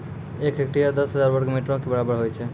एक हेक्टेयर, दस हजार वर्ग मीटरो के बराबर होय छै